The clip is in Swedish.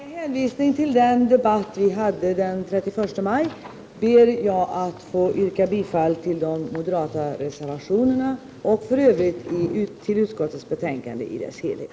Fru talman! Med hänvisning till den debatt vi förde den 31 maj ber jag att få yrka bifall till de moderata reservationerna och i övrigt till utskottets hemställan i dess helhet.